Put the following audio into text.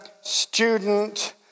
student